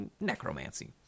necromancy